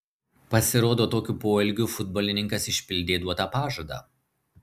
pasirodo tokiu poelgiu futbolininkas išpildė duotą pažadą